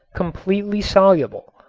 completely soluble,